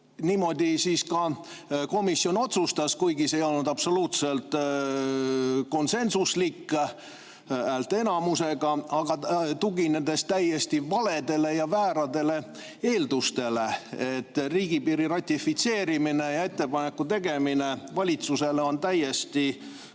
Niimoodi siis komisjon otsustaski, kuigi see ei olnud absoluutselt konsensuslik, oli häälteenamus, aga tugineti täiesti valedele ja vääratele eeldustele. Riigipiiri [lepingu] ratifitseerimine ja ettepaneku tegemine valitsusele on kaks täiesti